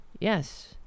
Yes